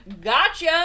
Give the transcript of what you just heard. gotcha